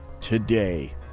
today